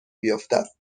بیفتد